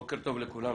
בוקר טוב לכולם,